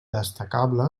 destacable